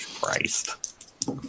Christ